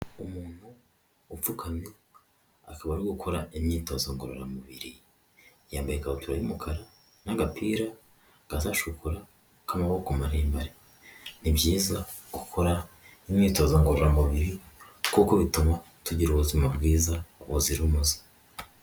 Umuntu upfukamye akaba ari gukora gukora imyitozo ngororamubiri, yambaye ikabutura y'umukara n'agapira kaza shokora k'amaboko maremare. Ni byiza gukora imyitozo ngororamubiri kuko bituma tugira ubuzima bwiza buzira umuze.